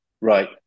right